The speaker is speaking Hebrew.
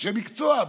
אנשי מקצוע.